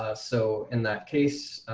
ah so in that case,